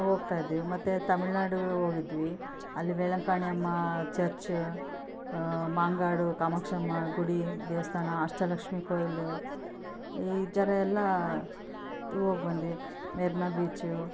ಹೋಗ್ತಾ ಇದ್ವಿ ಮತ್ತೆ ತಮಿಳುನಾಡಿಗೆ ಹೋಗಿದ್ವಿ ಅಲ್ಲಿ ವೆಲಂಕಾಣೆ ಅಮ್ಮಾ ಚರ್ಚ್ ಮಾಂಗಾಡು ಕಾಮಾಕ್ಷಮ್ಮ ಗುಡಿ ದೇವಸ್ಥಾನ ಅಷ್ಟಲಕ್ಷ್ಮಿ ಕೊಯ್ಲ ಈ ಥರ ಎಲ್ಲ ಹೋಗಿಬಂದ್ವಿ ಮೆರೀನ ಬೀಚ್